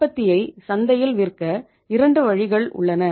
உற்பத்தியை சந்தையில் விற்க 2 வழிகள் உள்ளன